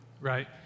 right